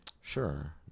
Sure